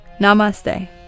Namaste